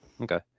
Okay